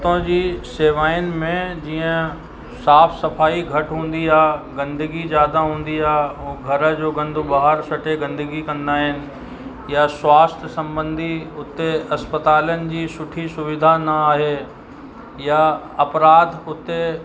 उतां जी सेवाउनि में जीअं साफ़ु सफ़ाई घटि हूंदी आहे गंदगी ज़्यादा हूंदी आहे और घर जो गंद ॿाहिरि फ़िटी गंदगी कंदा आहिनि या स्वास्थ्य संबंधी उते इस्पतालनि जी सुठी सुविधा न आहे या अपराध उते